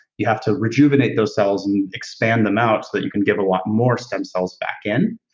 you have to rejuvenate those cells and expand them out so that you can give a lot more stem cells back in,